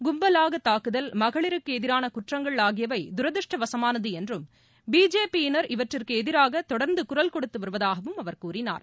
கும்பவாக தாக்குதல் மகளிருக்கு எதிரான குற்றங்கள் ஆகியவை தரதிர்ஷடவசமானது என்றும் பிஜேபியினர் இவற்றுக்கு எதிராக தொடர்ந்து குரல் கொடுத்து வருவதாகவும் அவர் கூறினார்